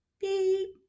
beep